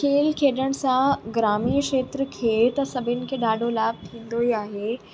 खेलु खेॾण सां ग्रामीण खेत्र खे त सभिनी खे ॾाढो लाभ थींदो ई आहे